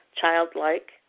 childlike